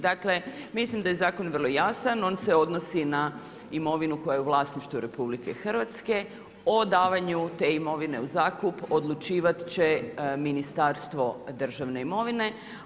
Dakle, mislim da je zakon vrlo jasan, on se odnosi, na imovinu koja je u vlasništvu RH, o davanju te imovinu u zakup, odlučivati će Ministarstvo državne imovine.